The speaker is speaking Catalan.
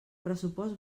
pressupost